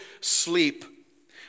sleep